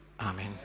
Amen